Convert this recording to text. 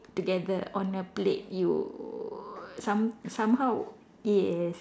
together on a plate you some somehow yes